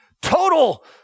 Total